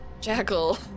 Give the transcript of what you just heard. Jackal